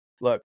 Look